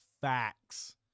Facts